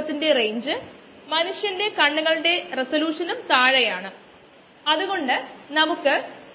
അതിനാൽ rg ഒരു mass അടിസ്ഥാനത്തിൽ ddt ഓഫ് m അതിനെ x V എന്ന് എഴുതാം കോശങ്ങളുടെ